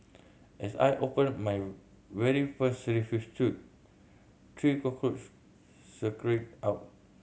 as I opened my very first refuse chute three cockroach scurried out